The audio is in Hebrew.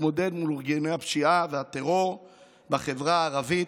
להתמודד עם ארגוני הפשיעה והטרור בחברה הערבית.